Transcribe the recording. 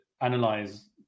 analyze